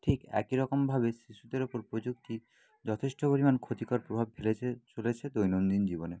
ঠিক একই রকমভাবে শিশুদের ওপর প্রযুক্তি যথেষ্ট পরিমাণ ক্ষতিকর প্রভাব ফেলেছে চলেছে দৈনন্দিন জীবনে